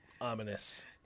Ominous